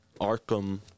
Arkham